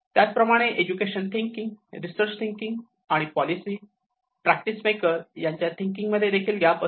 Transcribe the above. त्याचप्रमाणे education thinking research thinking आणि policy practice maker यांच्या थिंकिंग मध्ये देखील गॅप असतो